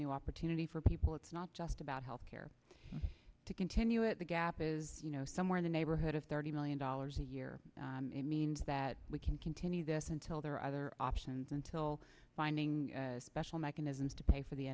new opportunity for people it's not just about health care to continue it the gap is you know somewhere in the neighborhood of thirty million dollars a year means that we can continue this until there are other options until finding special mechanisms to pay for the